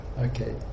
Okay